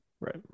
Right